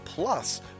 Plus